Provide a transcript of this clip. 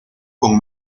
con